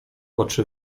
oczy